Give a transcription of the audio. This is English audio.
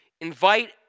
invite